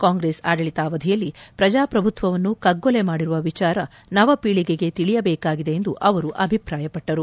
ಕಾಂಗ್ರೆಸ್ ಆಡಳಿತಾವಧಿಯಲ್ಲಿ ಪ್ರಜಾಪ್ರಭುತ್ವವನ್ನು ಕಗ್ಗೊಲೆ ಮಾಡಿರುವ ವಿಚಾರ ನವ ಪೀಳಿಗೆಗೆ ತಿಳಿಯಬೇಕಾಗಿದೆ ಎಂದು ಅವರು ಅಭಿಪ್ರಾಯಪಟ್ಟರು